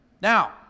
Now